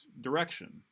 direction